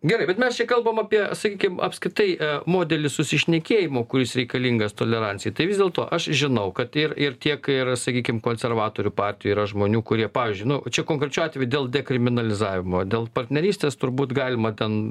gerai bet mes čia kalbam apie sakykim apskritai modelį susišnekėjimo kuris reikalingas tolerancijai tai vis dėlto aš žinau kad ir ir tiek ir sakykim konservatorių partijoj yra žmonių kurie pavyzdžiui nu čia konkrečiu atveju dėl dekriminalizavimo dėl partnerystės turbūt galima ten